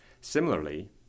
Similarly